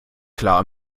klar